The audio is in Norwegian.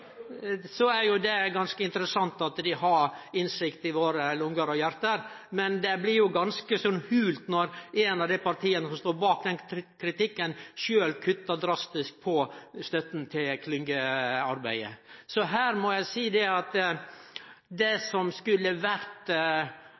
er ganske interessant at dei har innsikt i våre lunger og hjarter, men det blir ganske så meiningslaust når eit av dei partia som står bak kritikken, sjølv kuttar drastisk på støtta til klyngearbeidet. Så her må eg seie at det